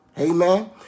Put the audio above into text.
Amen